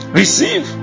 receive